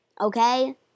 Okay